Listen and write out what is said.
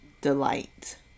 delight